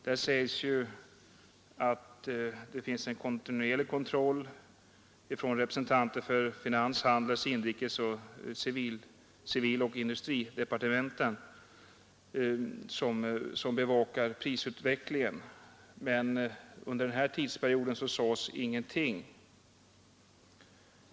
Där sägs att det görs en kontinuerlig kontroll av representanter för finans-, handels-, inrikes-, civiloch industridepartementen, som bevakar prisutvecklingen. Men under den här tidsperioden sades ingenting.